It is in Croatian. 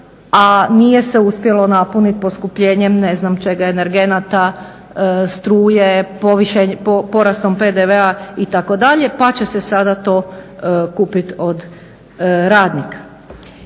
a nije se uspjelo napuniti poskupljenjem ne znam čega – energenata, struje, porastom PDV-a itd. pa će se sada to kupiti od radnika.